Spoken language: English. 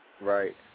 Right